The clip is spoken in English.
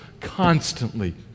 constantly